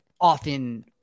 often